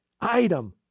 item